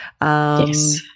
Yes